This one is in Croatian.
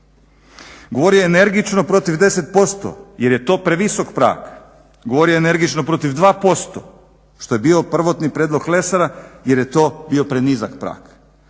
Govorio je energično protiv 10% jer je to previsok prag, govorio je energično protiv 2% što je bio prvotni prijedlog Lesara jer je to bio prenizak prag.